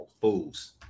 fools